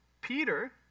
Peter